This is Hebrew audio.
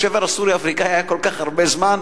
השבר הסורי-אפריקני היה כל כך הרבה זמן,